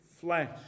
flesh